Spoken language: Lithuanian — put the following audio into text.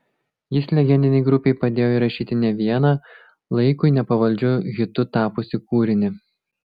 jis legendinei grupei padėjo įrašyti ne vieną laikui nepavaldžiu hitu tapusį kūrinį